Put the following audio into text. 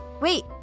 Wait